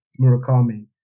Murakami